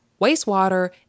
wastewater